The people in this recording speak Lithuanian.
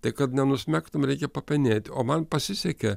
tai kad nenusmegtum reikia papenėt o man pasisekė